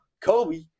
Kobe